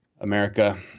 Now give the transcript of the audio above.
America